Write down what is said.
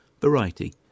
Variety